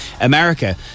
America